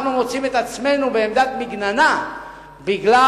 אנחנו מוצאים את עצמנו בעמדת מגננה בגלל,